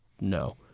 no